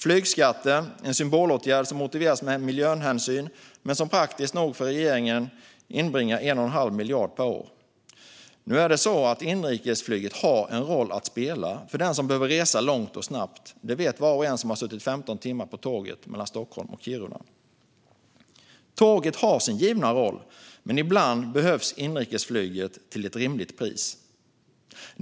Flygskatten är en symbolåtgärd som motiveras med miljöhänsyn men som praktiskt nog för regeringen inbringar 1 1⁄2 miljard per år. Nu är det så att inrikesflyget har en roll att spela för den som behöver resa långt och snabbt. Det vet var och en som har suttit 15 timmar på tåget mellan Stockholm och Kiruna. Tåget har sin givna roll, men ibland behövs inrikesflyget till ett rimligt pris.